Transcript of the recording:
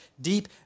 deep